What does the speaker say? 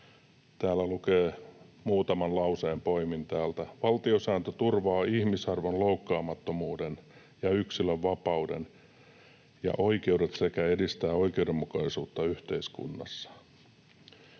Täällä lukee — muutaman lauseen poimin täältä: ”Valtiosääntö turvaa ihmisarvon loukkaamattomuuden ja yksilön vapauden ja oikeudet sekä edistää oikeudenmukaisuutta yhteiskunnassa.”